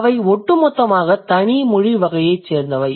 அவை ஒட்டுமொத்தமாக தனி மொழிவகையைச் சேர்ந்தவை